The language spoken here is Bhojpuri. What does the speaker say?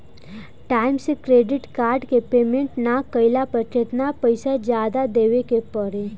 टाइम से क्रेडिट कार्ड के पेमेंट ना कैला पर केतना पईसा जादे देवे के पड़ी?